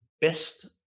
best